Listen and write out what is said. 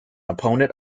opponent